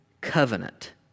covenant